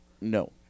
No